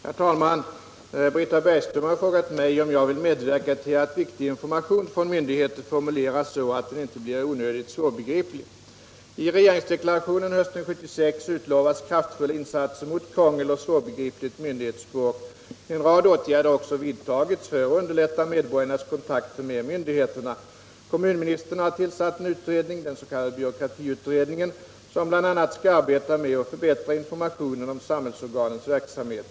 Herr talman! Britta Bergström har frågat mig om jag vill medverka till att viktig information från myndigheter formuleras så att den inte blir onödigt svårbegriplig. I regeringsdeklarationen hösten 1976 utlovades kraftfulla insatser mot krångel och svårbegripligt myndighetsspråk. En rad åtgärder har också vidtagits för att underlätta medborgarnas kontakter med myndigheterna. Kommunministern har tillsatt en utredning, den s.k. byråkratiutredningen, som bl.a. skall arbeta med att förbättra informationen om samhällsorganens verksamhet.